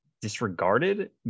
disregarded